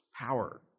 power